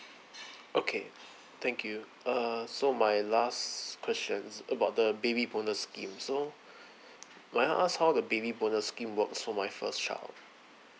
okay thank you uh so my last questions about the baby bonus scheme so may I ask how the baby bonus scheme works for my first child